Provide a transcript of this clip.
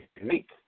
unique